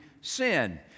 sin